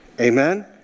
Amen